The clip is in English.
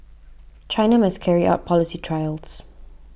China must carry out policy trials